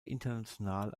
international